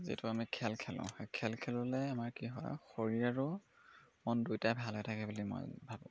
যিটো আমি খেল খেলোঁ সেই খেল খেলোলে আমাৰ কি হয় শৰীৰ আৰু মন দুয়োটাই ভাল হৈ থাকে বুলি মই ভাবোঁ